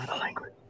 language